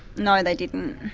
no, they didn't.